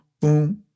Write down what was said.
boom